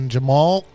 Jamal